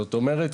זאת אומרת,